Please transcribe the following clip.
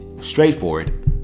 straightforward